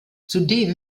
zudem